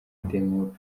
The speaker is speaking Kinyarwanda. demob